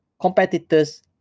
Competitors